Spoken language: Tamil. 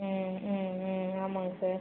ம் ம் ம் ஆமாங்க சார்